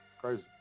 crazy